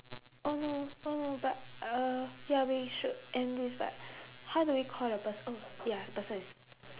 oh no oh no but uh ya we should end this but how do we call the pers~ oh ya the person is